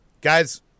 Guys –